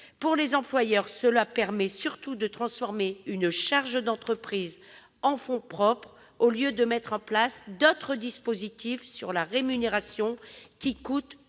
Pour les employeurs, cela permet surtout de transformer une charge d'entreprise en fonds propres, au lieu de mettre en place d'autres dispositifs sur la rémunération qui ont